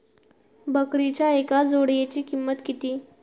बकरीच्या एका जोडयेची किंमत किती?